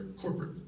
corporate